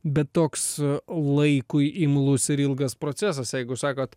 bet toks laikui imlus ir ilgas procesas jeigu sakot